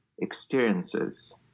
experiences